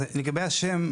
אז לגבי השם,